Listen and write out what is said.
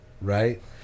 right